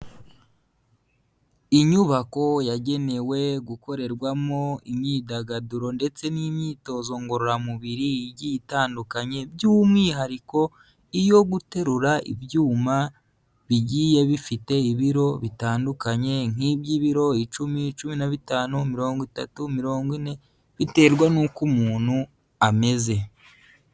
Inyubako yagenewe gukorerwamo imyidagaduro ndetse n'imyitozo ngororamubiri igiye itandukanye by'umwihariko iyo guterura ibyuma bigiye bifite ibiro bitandukanye nk'iby'ibiro icumi, cumi na bitanu, mirongo itatu, mirongo ine, biterwa n'uko umuntu ameze.